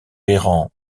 errant